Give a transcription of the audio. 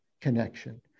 connection